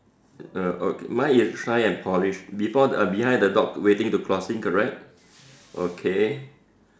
uh okay mine is shine and polish before uh behind the dog waiting to crossing correct okay